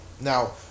Now